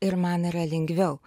ir man yra lengviau